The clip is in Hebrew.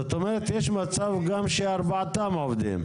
זאת אומרת, יש מצב שארבעתם עובדים.